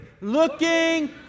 Looking